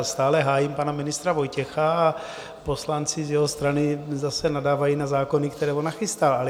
Stále hájím pana ministra Vojtěcha a poslanci z jeho strany zase nadávají na zákony, které on nachystal.